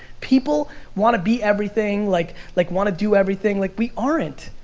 people wanna be everything, like like wanna do everything, like we aren't.